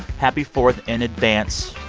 happy fourth in advance.